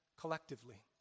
collectively